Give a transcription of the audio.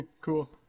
Cool